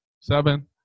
seven